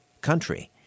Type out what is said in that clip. country